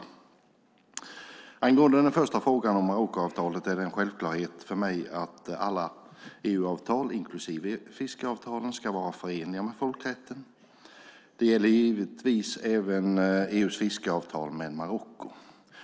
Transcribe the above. Angående den första frågan om Marockoavtalet är det en självklarhet för mig att alla EU-avtal, inklusive fiskeavtalen, ska vara förenliga med folkrätten. Det gäller givetvis även EU:s fiskeavtal med Marocko.